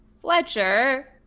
Fletcher